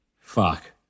fuck